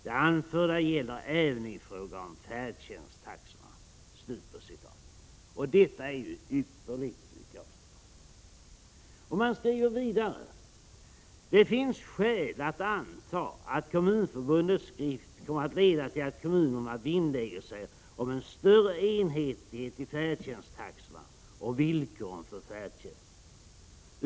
Det anförda gäller även i fråga om färdtjänsttaxorna.” Detta är ypperligt, såvitt jag förstår. Man skriver vidare: ”Det finns skäl att anta att Kommunförbundets skrift kommer att leda till att kommunerna vinnlägger sig om en större enhetlighet i färdtjänsttaxorna och villkoren för färdtjänst.